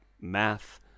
math